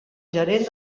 gerent